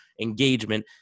engagement